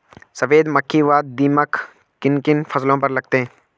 सफेद मक्खी व दीमक किन किन फसलों पर लगते हैं?